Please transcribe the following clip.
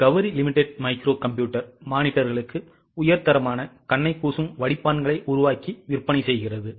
Gauri limited micro computer மானிட்டர்களுக்கு உயர் தரமான கண்ணை கூசும் வடிப்பான்களை உருவாக்கி விற்பனை செய்கிறது